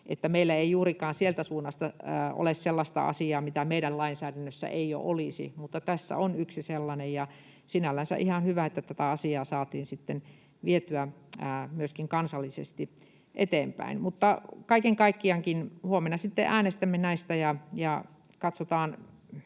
meille ei juurikaan sieltä suunnasta tule sellaista asiaa, mitä meidän lainsäädännössä ei olisi, mutta tässä on yksi sellainen. Ja sinällänsä ihan hyvä, että tätä asiaa saatiin sitten vietyä myöskin kansallisesti eteenpäin. Mutta kaiken kaikkiaan huomenna sitten äänestämme näistä ja katsotaan.